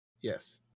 Yes